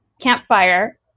campfire